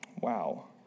wow